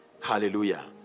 hallelujah